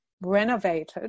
renovated